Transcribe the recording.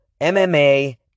MMA